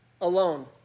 alone